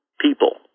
people